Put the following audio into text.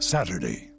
Saturday